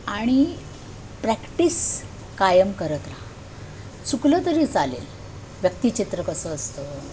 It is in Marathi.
आणि प्रॅक्टिस कायम करत रहा चुकलं तरी चालेल व्यक्तिचित्र कसं असतं